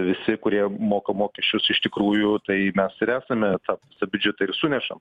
visi kurie moka mokesčius iš tikrųjų tai mes ir esame tą biudžetą ir sunešam